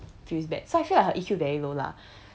feels bad so I feel like her E_Q very low lah